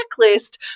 checklist